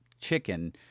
chicken